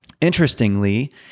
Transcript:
Interestingly